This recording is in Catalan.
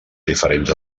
diferents